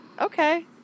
Okay